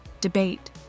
debate